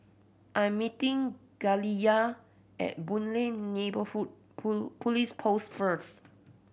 I am meeting Galilea at Boon Lay Neighbourhood Police Post first